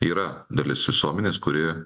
yra dalis visuomenės kuri